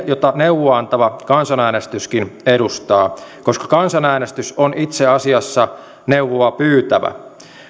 jota neuvoa antava kansanäänestyskin edustaa koska kansanäänestys on itse asiassa neuvoa pyytävä kansan